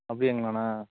அப்படியாங்களாண்ணா